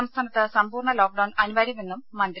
സംസ്ഥാനത്ത് സമ്പൂർണ്ണ ലോക്ഡൌൺ അനിവാര്യമെന്നും മന്ത്രി